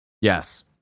Yes